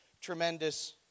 tremendous